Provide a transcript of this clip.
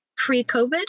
pre-COVID